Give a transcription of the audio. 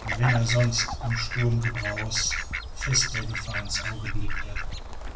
und wenn er sonst im sturmgebraus fest der gefahr ins auge blickte